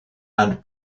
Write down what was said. and